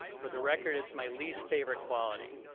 for the record, it's my least favorite quality.